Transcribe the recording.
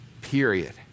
Period